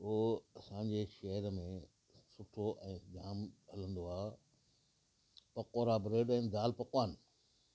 उहो असांजे शहर में सुठो ऐं जाम हलंदो आहे पकौड़ा ब्रेड ऐं दाल पकवान